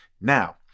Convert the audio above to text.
now